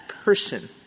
person